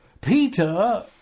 Peter